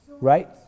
Right